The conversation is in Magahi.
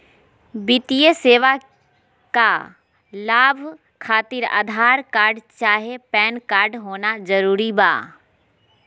वित्तीय सेवाएं का लाभ खातिर आधार कार्ड चाहे पैन कार्ड होना जरूरी बा?